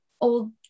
old